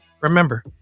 Remember